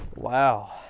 wow.